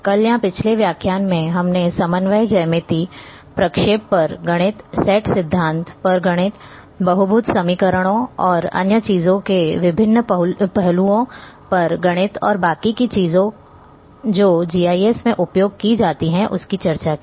कल या पिछले व्याख्यान मैं हमने समन्वय ज्यामिति प्रक्षेप पर गणित सेट सिद्धांत पर गणित बहुपद समीकरणों और अन्य चीजों के विभिन्न पहलुओं पर गणित और बाकी की चीजें जो जीआईएस में उपयोग की जाती हैं उसकी चर्चा की